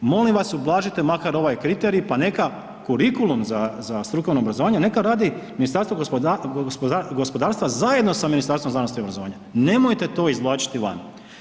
Molim vas ublažite makar ovaj kriterij pa neka kurikulum za strukovno obrazovanje neka radi Ministarstvo gospodarstva zajedno sa Ministarstvom znanosti i obrazovanja, nemojte to izvlačiti van.